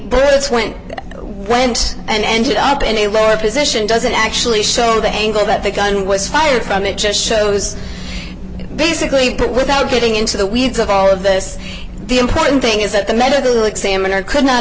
brits went whent and ended up in a lower position doesn't actually show the angle that the gun was fired from it just shows basically but without getting into the weeds of all of this the important thing is that the medical examiner could not